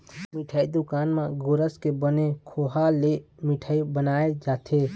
मिठई दुकान म गोरस के बने खोवा ले मिठई बनाए जाथे